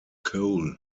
coal